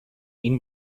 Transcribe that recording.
این